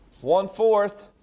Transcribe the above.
one-fourth